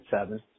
seven